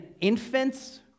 infants